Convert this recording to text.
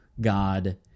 God